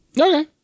Okay